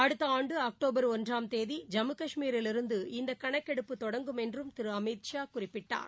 அடுத்த ஆண்டு அக்டோபர் ஒன்றாம் தேதி ஜம்மு கஷ்மீரிலிருந்து இந்த கணக்கெடுப்பு தொடங்கும் என்றும் திரு அமித்ஷா குறிப்பிட்டார்